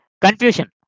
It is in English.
Confusion